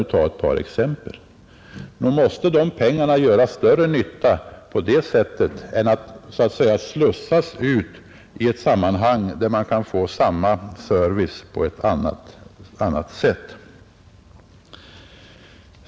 Nog måste dessa pengar göra större nytta på det sättet än genom att så att säga slussas ut i ett sammanhang där man kan få samma service på annat sätt.